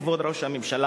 כבוד ראש הממשלה,